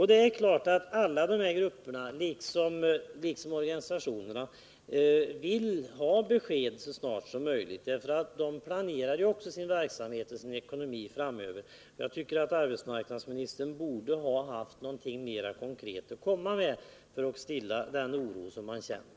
Det är klart att alla dessa grupper, liksom organisationerna själva, vill ha besked så snart som möjligt, eftersom också de måste planera sin ekonomi och sin verksamhet framöver. Jag tycker att arbetsmarknadsministern borde ha haft någonting mera konkret att komma med för att stilla den oro som man känner.